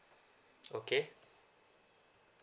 okay